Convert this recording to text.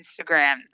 Instagram